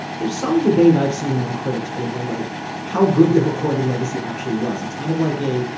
there's some debate i've seen among critics over like how good the recorded legacy actually was. it's kind of like a.